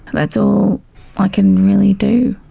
that's all i can really do.